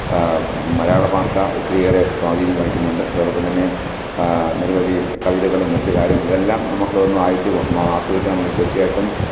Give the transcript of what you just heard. മലയാളഭാഷ ഒത്തിരി ഏറെ സ്വാധീനം വഹിക്കുന്നുണ്ട് അതോടൊപ്പം തന്നെ നിരവധി കവിതകളും മറ്റ് കാര്യങ്ങളും ഇതെല്ലാം നമ്മൾക്ക് ഒന്ന് അയച്ച് ആസ്വദിക്കണമെങ്കില് തീര്ച്ചയായിട്ടും